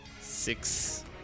six